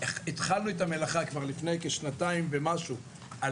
התחלנו את המלאכה כבר לפני כשנתיים ומשהו על